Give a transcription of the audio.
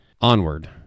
Onward